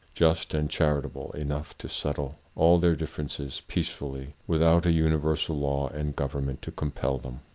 just, and charitable enough to settle all their differences peacefully with out a universal law and government to compel them.